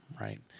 right